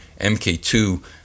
MK2